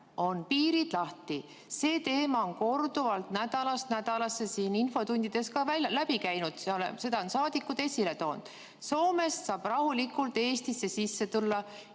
on piirid lahti. See teema on korduvalt nädalast nädalasse siin infotundides läbi käinud, seda on saadikud esile toonud. Soomest saab rahulikult Eestisse tulla,